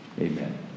Amen